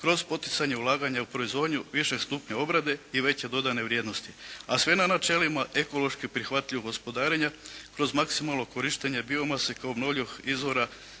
kroz poticanje ulaganja u proizvodnju višeg stupnja obrade i veće dodane vrijednosti, a sve na načelima ekološki prihvatljivog gospodarenja kroz maksimalno korištenja biomase … /Govornik